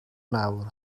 mawr